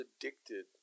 addicted